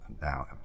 Now